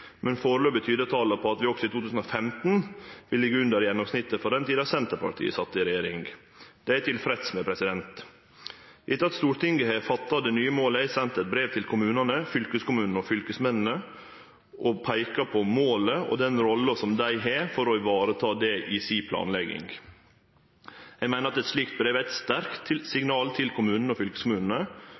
men foreløpig tyder tala på at vi også i 2015 vil liggje under gjennomsnittet frå den tida då Senterpartiet sat i regjering. Det er eg tilfreds med. Etter at Stortinget vedtok det nye målet, har eg sendt brev til alle kommunane, fylkeskommunane og fylkesmennene om målet og peika på den rolla som dei har i planlegginga. Eg meiner at eit slikt brev er eit sterkt signal til kommunane og